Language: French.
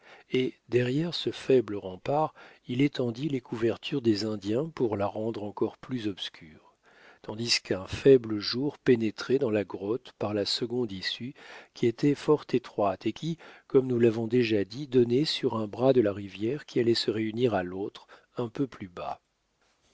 et derrière ce faible rempart il étendit les couvertures des indiens pour la rendre encore plus obscure tandis qu'un faible jour pénétrait dans la grotte par la seconde issue qui était fort étroite et qui comme nous l'avons déjà dit donnait sur un bras de la rivière qui allait se réunir à l'autre un peu plus bas